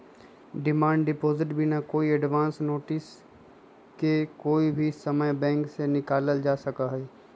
demand deposit बिना कोई advance notice के कोई भी समय बैंक से निकाल्ल जा सका हई